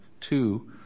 two